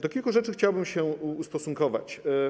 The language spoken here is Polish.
Do kilku rzeczy chciałbym się ustosunkować.